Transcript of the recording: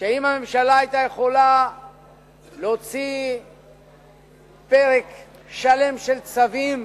שאם הממשלה היתה יכולה להוציא פרק שלם של צווים